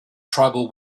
tribal